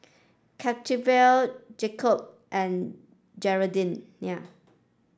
Cetaphil Jacob's and Gardenia